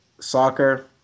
soccer